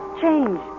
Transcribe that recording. change